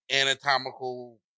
anatomical